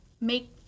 make